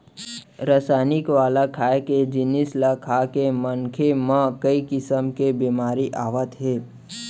रसइनिक वाला खाए के जिनिस ल खाके मनखे म कइ किसम के बेमारी आवत हे